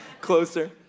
closer